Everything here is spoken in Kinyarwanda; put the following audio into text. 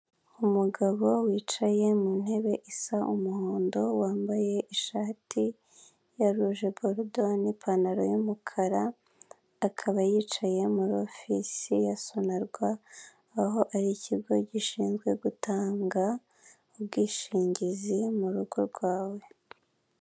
Umugabo wicaye mu ntebe isa umuhondo wambaye ishati ya rujeborudo n'ipantaro y'umukara akaba yicaye muri ofisi ya sonarwa aho ari ikigo gishinzwe gutanga ubwishingizi mu rugo rwawe.